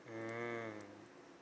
mm